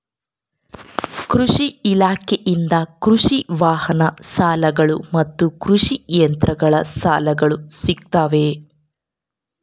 ಕೃಷಿ ಇಲಾಖೆಯಿಂದ ಕೃಷಿ ವಾಹನ ಸಾಲಗಳು ಮತ್ತು ಕೃಷಿ ಯಂತ್ರಗಳ ಸಾಲಗಳು ಸಿಗುತ್ತವೆಯೆ?